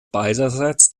beiderseits